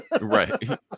Right